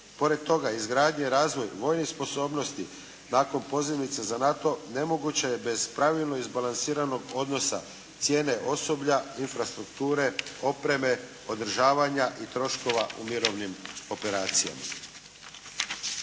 Pored toga, izgradnja i razvoj vojnih sposobnosti, nakon pozivnice za NATO, nemoguće je bez pravilnog izbalansiranog odnosa cijene osoblja, infrastrukture, opreme, održavanja i troškova u mirovnim operacijama.